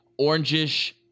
orangish